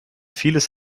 vieles